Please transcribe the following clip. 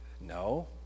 No